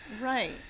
Right